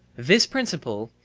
this principle,